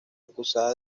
acusada